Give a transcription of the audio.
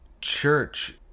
church